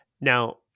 now